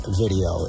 video